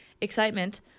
excitement